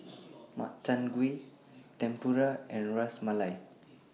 Makchang Gui Tempura and Ras Malai